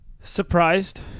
Surprised